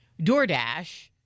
DoorDash